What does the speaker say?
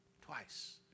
Twice